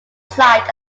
side